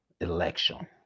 election